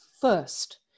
first